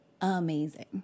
Amazing